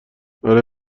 آره